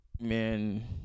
man